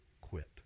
quit